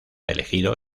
elegido